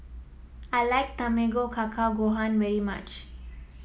I like Tamago Kake Gohan very much